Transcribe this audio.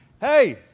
Hey